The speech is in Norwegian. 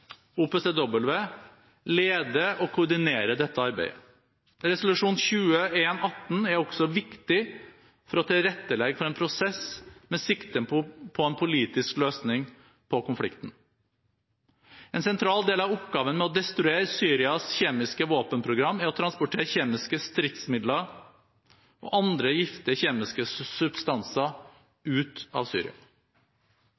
og koordinerer dette arbeidet. Resolusjon 2118 er også viktig for å tilrettelegge for en prosess med sikte på en politisk løsning på konflikten. En sentral del av oppgaven med å destruere Syrias kjemiske våpenprogram er å transportere kjemiske stridsmidler og andre giftige kjemiske substanser